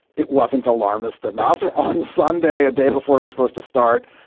it wasn't alarmist enough. on sunday, a day before it was supposed to start,